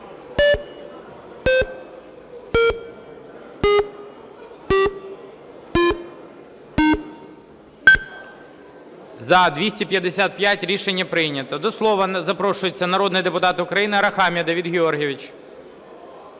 За-255 Рішення прийнято. До слова запрошується народний депутат України Арахамія Давид Георгійович.